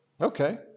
Okay